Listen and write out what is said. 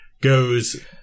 goes